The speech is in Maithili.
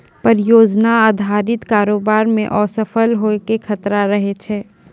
परियोजना अधारित कारोबार मे असफल होय के खतरा रहै छै